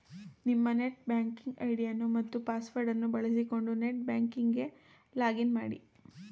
ನಿಮ್ಮ net banking ಐಡಿಯನ್ನು ಮತ್ತು ಪಾಸ್ವರ್ಡ್ ಅನ್ನು ಬಳಸಿಕೊಂಡು ನೆಟ್ ಬ್ಯಾಂಕಿಂಗ್ ಗೆ ಲಾಗ್ ಇನ್ ಮಾಡಿ